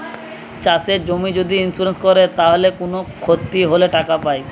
চাষের জমির যদি ইন্সুরেন্স কোরে তাইলে কুনো ক্ষতি হলে টাকা পায়